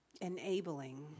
enabling